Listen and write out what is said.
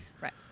Right